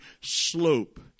slope